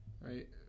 right